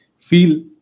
feel